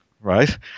right